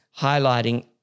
highlighting